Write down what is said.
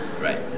Right